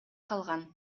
калган